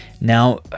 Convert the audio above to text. now